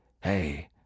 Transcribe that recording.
Hey